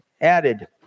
added